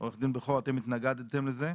- עורך דין בכור, אתם התנגדתם לזה.